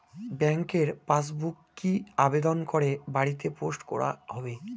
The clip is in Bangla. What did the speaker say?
ব্যাংকের পাসবুক কি আবেদন করে বাড়িতে পোস্ট করা হবে?